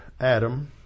Adam